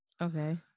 okay